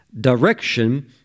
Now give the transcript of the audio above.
direction